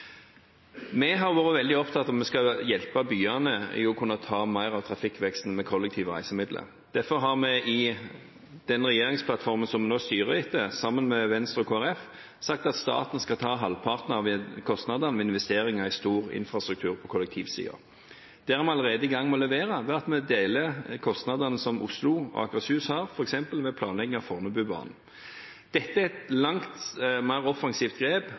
Vi har vært veldig opptatt av at vi skal hjelpe byene med å kunne ta mer av trafikkveksten med kollektive reisemidler. Derfor har vi i den regjeringsplattformen som vi nå styrer etter, sammen med Venstre og Kristelig Folkeparti, sagt at staten skal ta halvparten av kostnadene ved investeringer i stor infrastruktur på kollektivsiden. Der er vi allerede i gang med å levere, ved at vi deler kostnadene som Oslo og Akershus f.eks. har med planlegging av Fornebubanen. Dette er et langt mer offensivt grep